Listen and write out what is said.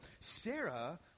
Sarah